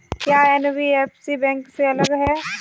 क्या NBFC bank से अलग है?